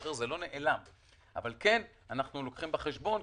אבל כן אנו לוקחים בחשבון,